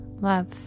love